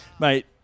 Mate